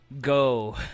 go